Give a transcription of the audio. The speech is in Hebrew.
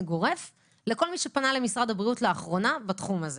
גורף לכל מי שפנה למשרד הבריאות לאחרונה בתחום הזה.